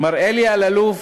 מר אלי אלאלוף,